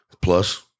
Plus